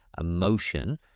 emotion